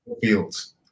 fields